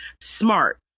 smart